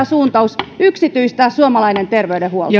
suuntaus yksityistää suomalainen terveydenhuolto